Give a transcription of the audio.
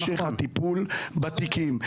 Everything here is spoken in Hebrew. משך הטיפול בתיקים.